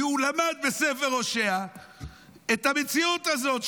כי הוא למד בספר הושע את המציאות הזאת,